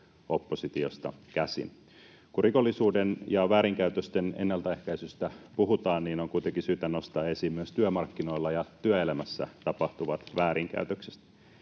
oppositiosta käsin. Kun rikollisuuden ja väärinkäytösten ennaltaehkäisystä puhutaan, niin on kuitenkin syytä nostaa esiin myös työmarkkinoilla ja työelämässä tapahtuvat väärinkäytökset.